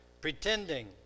Pretending